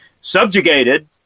subjugated